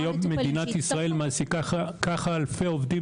היום מדינת ישראל מעסיקה כך אלפי עובדים